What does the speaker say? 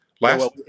last